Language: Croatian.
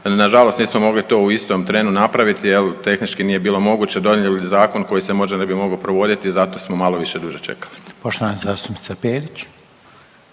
nažalost nismo mogli to u istom trenu napraviti jer tehnički nije bilo moguće donijeli zakon koji se možda ne bi mogao provoditi zato smo malo više, duže čekali. **Reiner,